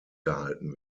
gehalten